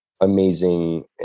amazing